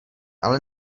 ale